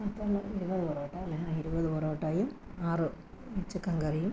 പത്തല്ല ഇരുപത് പൊറോട്ട അല്ലേ ആ ഇരുപത് പൊറോട്ടയും ആറ് ചിക്കൻ കറിയും